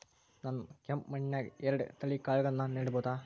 ನಾನ್ ಕೆಂಪ್ ಮಣ್ಣನ್ಯಾಗ್ ಎರಡ್ ತಳಿ ಕಾಳ್ಗಳನ್ನು ನೆಡಬೋದ?